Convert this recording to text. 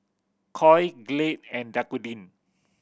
Koi Glade and Dequadin